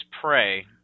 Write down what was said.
pray